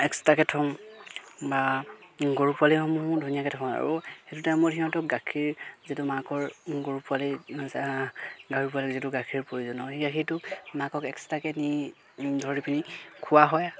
এক্সট্ৰাকে থওঁ বা গৰু পোৱালিসমূহো ধুনীয়াকৈ থওঁ আৰু সেইটো টাইমত সিহঁতক গাখীৰ যিটো মাকৰ গৰু পোৱালি গৰু পোৱালিৰ যিটো গাখীৰ প্ৰয়োজন হয় সেই গাখীৰটো মাকক এক্সট্ৰাকৈ নি ধৰি পিনি খোৱা হয়